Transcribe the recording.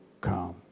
come